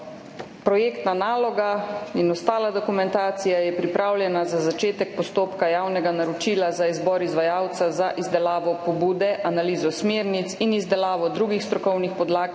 Projektna naloga in ostala dokumentacija je pripravljena za začetek postopka javnega naročila za izbor izvajalca, za izdelavo pobude, analizo smernic in izdelavo drugih strokovnih podlag